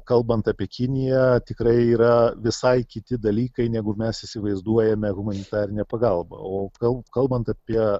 kalbant apie kiniją tikrai yra visai kiti dalykai negu mes įsivaizduojame humanitarinę pagalbą o kal kalbant apie